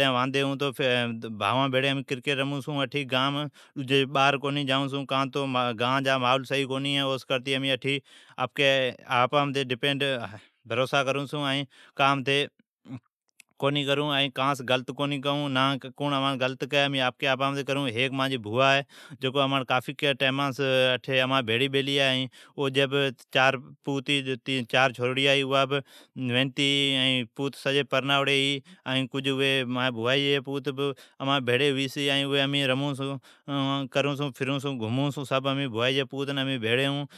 واندھی ھون تو بھاوان بھیڑی کرکیٹ رمون جائون چھون ائی باھر کونی جائون چھون کان تو امین آپکی آپان بر ڈپینڈ راکھون چھون۔ امین کان سون غلط کونی کرون چھون۔ ھیک امچی بھوئا ہے اوا کافی ٹائمانس امان بھیڑی بیلی ہے۔ اوی جی بھی پوت ائین دھوئا ھی۔ امین اوان بھری رمون چھون کھائون چھو پیئون چھون۔ سبھ بھوائی جی پوت ائین امین بھیڑی ھون۔